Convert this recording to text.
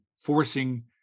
forcing